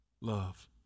love